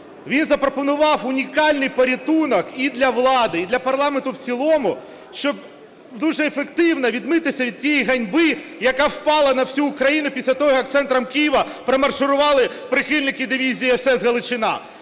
Він запропонував унікальний порятунок і для влади, і для парламенту в цілому, щоб дуже ефективно відмитись від тієї ганьби, яка впала на всю Україну після того, як центром Києва промарширували прихильники дивізії СС "Галичина".